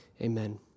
Amen